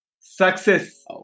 success